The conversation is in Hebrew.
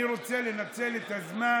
אני רוצה לנצל את הזמן